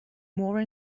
more